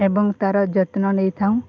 ଏବଂ ତାର ଯତ୍ନ ନେଇଥାଉ